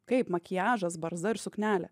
kaip makiažas barzda ir suknelė